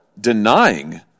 denying